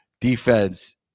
defense